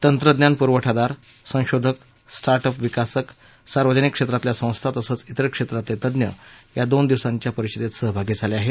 तंत्रज्ञान पुरवठादार संशोधक स्वा अप्स विकासक सार्वजनिक क्षेत्रातल्या संस्था तसंच इतर क्षेत्रातले तज्ञ या दोन दिवसीय परिषदेत सहभागी झाले आहेत